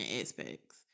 aspects